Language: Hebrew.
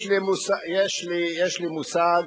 יש לי מושג.